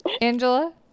Angela